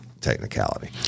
technicality